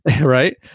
Right